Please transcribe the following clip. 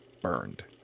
burned